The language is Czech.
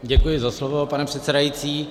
Děkuji za slovo, pane předsedající.